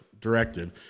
directed